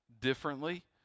differently